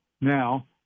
now